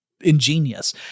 ingenious